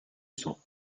cents